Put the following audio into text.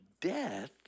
death